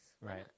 Right